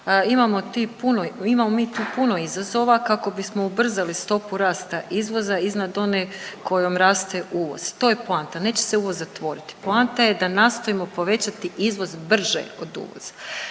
imamo mi tu puno izazova kako bismo ubrzali stopu rasta izvoza iznad one kojom raste uvoz. To je poanta. Neće se uvoz zatvoriti. Poanta je da nastojimo povećati izvoz brže od uvoza.